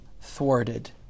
thwarted